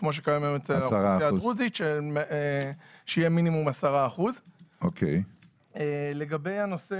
כפי באוכלוסייה הדרוזית שיהיה מינימום 10%. לגבי הנושא